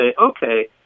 okay